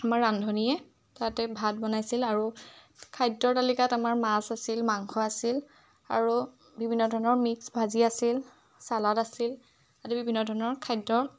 আমাৰ ৰান্ধনীয়ে তাতে ভাত বনাইছিল আৰু খাদ্যৰ তালিকাত আমাৰ মাছ আছিল মাংস আছিল আৰু বিভিন্ন ধৰণৰ মিক্স ভাজি আছিল ছালাড আছিল আদি বিভিন্ন ধৰণৰ খাদ্য